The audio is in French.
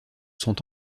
sont